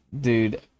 Dude